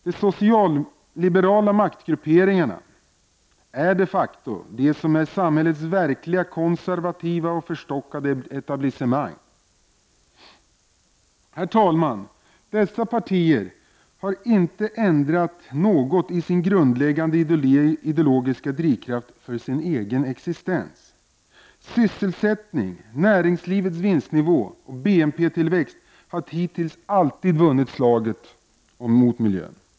De socialliberala maktgrupperingarna utgör de facto samhällets verkligt konservativa och förstockade etablissemang. Herr talman! Dessa partier har inte ändrat något i sin grundläggande ideologiska drivkraft för sin egen existens. Sysselsättningen, näringslivets vinstnivå och BNP-tillväxten har hittills alltid vunnit slaget om och mot miljön.